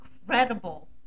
incredible